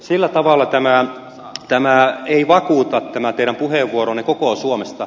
sillä tavalla ei vakuuta tämä teidän puheenvuoronne koko suomesta